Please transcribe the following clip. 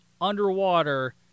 underwater